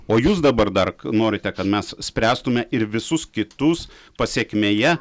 o jūs dabar dar norite kad mes spręstume ir visus kitus pasekmėje